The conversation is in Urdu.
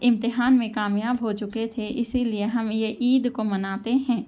امتحان میں کامیاب ہو چکے تھے اسی لیے ہم یہ عید کو مناتے ہیں